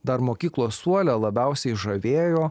dar mokyklos suole labiausiai žavėjo